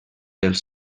els